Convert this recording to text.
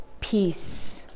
peace